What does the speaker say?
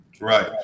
right